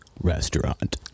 restaurant